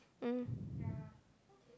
mm